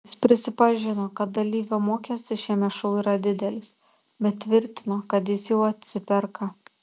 ji prisipažino kad dalyvio mokestis šiame šou yra didelis bet tvirtino kad jis jau atsiperka